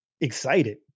excited